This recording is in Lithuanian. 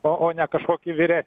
o o ne kažkokį vyresnį